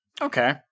okay